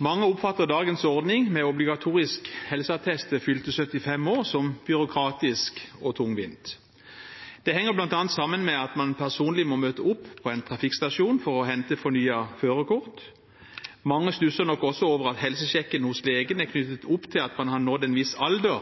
Mange oppfatter dagens ordning med obligatorisk helseattest ved fylte 75 år som byråkratisk og tungvint. Dette henger bl.a. sammen med at man personlig må møte opp på en trafikkstasjon for å hente fornyet førerkort. Mange stusser nok også over at helsesjekken hos legen er knyttet opp til at man har nådd en viss alder,